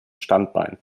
standbein